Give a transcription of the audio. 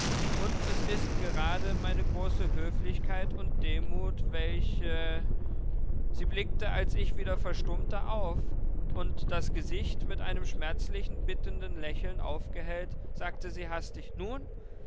und es ist gerade meine große höflichkeit und demut welche sie blickte als ich wieder verstummte auf und das gesicht mit einem schmerzlichen bittenden lächeln aufgehellt sagte sie hastig nun